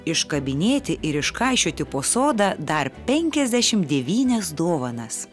iškabinėti ir iškaišioti po sodą dar penkiasdešim devynias dovanas